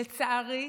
לצערי,